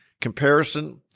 Comparison